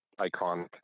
iconic